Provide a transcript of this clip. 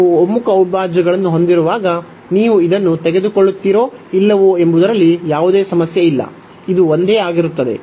ನಾವು ಒಮ್ಮುಖ ಅವಿಭಾಜ್ಯಗಳನ್ನು ಹೊಂದಿರುವಾಗ ನೀವು ಇದನ್ನು ತೆಗೆದುಕೊಳ್ಳುತ್ತೀರೋ ಇಲ್ಲವೋ ಎಂಬುದರಲ್ಲಿ ಯಾವುದೇ ಸಮಸ್ಯೆ ಇಲ್ಲ ಇದು ಒಂದೇ ಆಗಿರುತ್ತದೆ